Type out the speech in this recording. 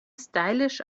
stylisch